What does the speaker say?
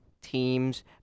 teams